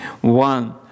one